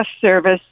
service